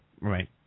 right